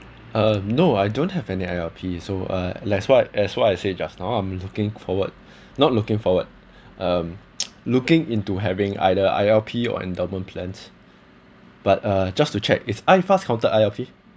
uh no I don't have any I_L_P so uh let's why that's why I say just now I'm looking forward not looking forward um looking into having either I_L_P or endowment plans but uh just to check is iFAST counted I_L_P